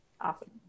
Awesome